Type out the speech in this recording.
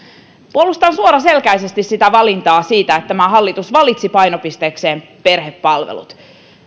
puolustan suoraselkäisesti sitä valintaa siitä että tämä hallitus valitsi painopisteekseen perhepalvelut